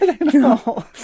no